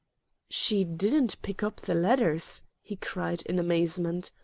she didn't pick up the letters, he cried, in amazement.